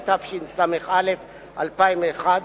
התשס"א 2001,